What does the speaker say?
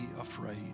afraid